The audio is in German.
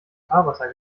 fahrwasser